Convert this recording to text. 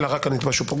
אלא רק על נתבע שפוגע.